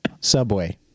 Subway